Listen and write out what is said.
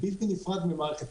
באופן